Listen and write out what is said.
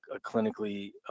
clinically